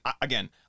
again